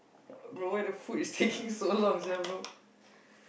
bro why the food is taking so long sia bro